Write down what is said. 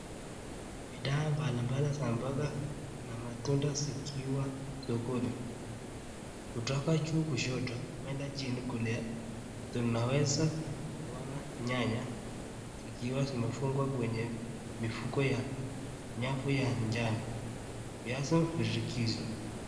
Bithaa mbali mbali za mboga na matunda zikiwa sokoni , kutoka juu kushoto kuenda chini kulia tunaweza kuona nyanya zikiwa zimefungwa kwenye mifuko ya nyavu ya jano.